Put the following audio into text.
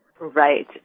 Right